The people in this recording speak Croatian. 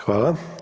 Hvala.